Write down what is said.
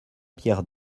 pierre